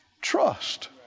trust